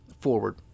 forward